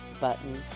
button